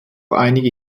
einige